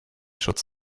schutz